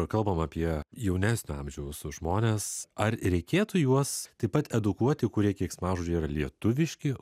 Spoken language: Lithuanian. prakalbom apie jaunesnio amžiaus žmones ar reikėtų juos taip pat edukuoti kurie keiksmažodžiai yra lietuviški